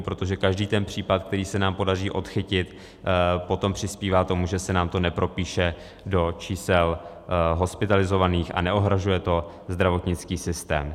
Protože každý ten případ, který se nám podaří odchytit, potom přispívá tomu, že se nám to nepropíše do čísel hospitalizovaných a neohrožuje to zdravotnický systém.